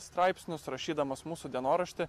straipsnius rašydamas mūsų dienoraštį